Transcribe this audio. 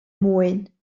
mwyn